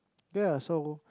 ya so